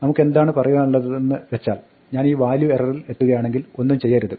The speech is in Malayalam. നമുക്കെന്താണ് പറയുവാനുള്ളതെന്ന് വെച്ചാൽ ഞാൻ ഈ വാല്യു എററിൽ എത്തുകയാണെങ്കിൽ ഒന്നും ചെയ്യരുത്